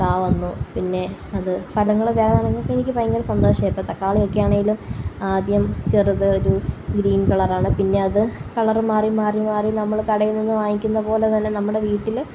കാ വന്നു പിന്നെ അത് ഫലങ്ങളൊക്കെ ആകുവാണേങ്കിൽ എനിക്ക് ഭയങ്കര സന്തോഷായി ഇപ്പോൾ തക്കാളിയൊക്കെയാണേലും ആദ്യം ചെറുത് ഒരു ഗ്രീന് കളറാണ് പിന്നെ അത് കളറ് മാറി മാറി മാറി നമ്മള് കടയില് നിന്ന് വാങ്ങിക്കുന്നത് പോലെ തന്നെ നമ്മുടെ വീട്ടില്